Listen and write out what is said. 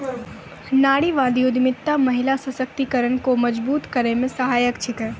नारीवादी उद्यमिता महिला सशक्तिकरण को मजबूत करै मे सहायक छिकै